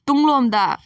ꯇꯨꯡꯂꯣꯝꯗ